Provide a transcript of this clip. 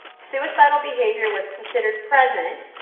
suicidal behavior was considered present